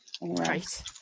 right